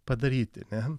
padaryti ne